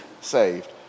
saved